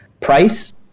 price